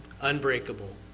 Unbreakable